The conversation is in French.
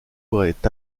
pourrait